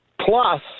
plus